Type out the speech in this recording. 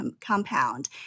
compound